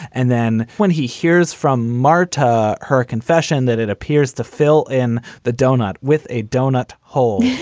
and then when he hears from marta her confession that it appears to fill in the doughnut with a doughnut hole